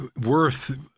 worth